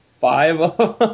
five